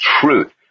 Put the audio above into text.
truth